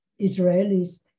Israelis